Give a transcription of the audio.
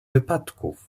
wypadków